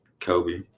Kobe